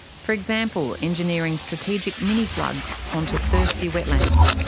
for example engineering strategic mini-floods onto thirsty wetlands.